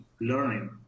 learning